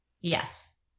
Yes